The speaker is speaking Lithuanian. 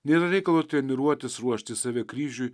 nėra reikalo treniruotis ruoštis save kryžiui